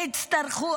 הם הצטרכו,